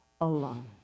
alone